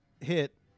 hit